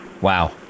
Wow